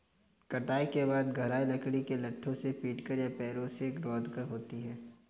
कटाई के बाद गहराई लकड़ी के लट्ठों से पीटकर या पैरों से रौंदकर होती है